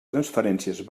transferències